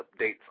updates